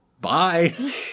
Bye